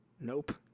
Nope